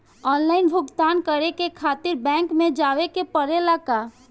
Online भुगतान करे के खातिर बैंक मे जवे के पड़ेला का?